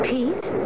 Pete